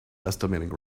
estimating